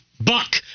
Buck